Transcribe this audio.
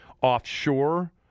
offshore